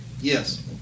Yes